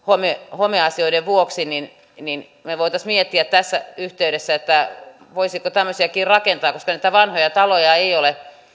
homeasioiden vuoksi niin niin me voisimme miettiä tässä yhteydessä voisiko tämmöisiäkin rakentaa koska niitä vanhoja taloja ei ole